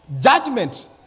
judgment